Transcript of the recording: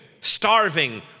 starving